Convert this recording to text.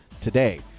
today